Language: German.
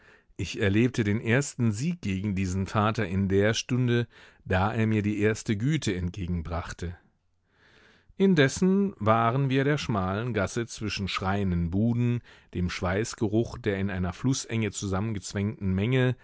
ich erlebte den ersten sieg gegen diesen vater in der stunde da er mir die erste güte entgegenbrachte indessen waren wir der schmalen gasse zwischen schreienden buden dem schweißgeruch der in einer flußenge zusammengezwängten menge